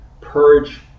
purge